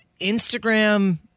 Instagram